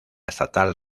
estatal